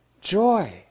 joy